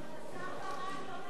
השר ברק לא נתן לנו